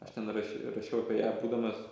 aš ten raš rašiau apie ją būdamas